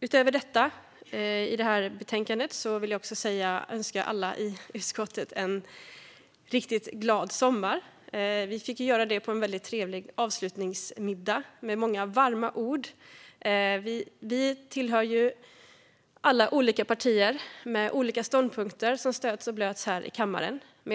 Utöver detta vill jag önska alla i utskottet en riktigt glad sommar. Vi fick också göra det på en väldigt trevlig avslutningsmiddag med många varma ord. Vi tillhör alla olika partier med olika ståndpunkter som stöts och blöts här i kammaren.